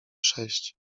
sześć